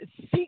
seek